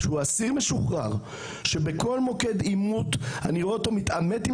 אסיר משוחרר שאני רואה אותו מתעמת עם